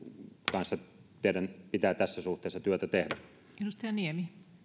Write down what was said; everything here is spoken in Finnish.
kanssa teidän pitää tässä suhteessa työtä tehdä